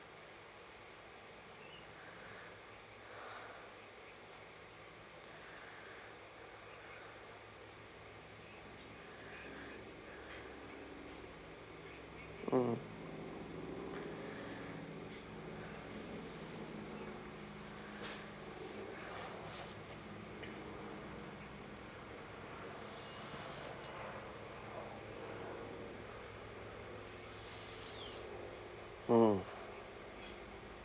mm mm